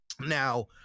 Now